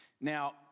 Now